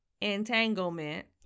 entanglement